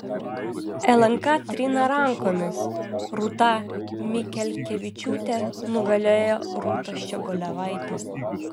lnk trina rankomis rūta mikelkevičiūtė nugalėjo rūtą ščiogolevaitę